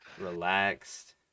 relaxed